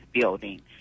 Building